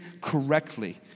correctly